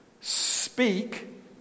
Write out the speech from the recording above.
speak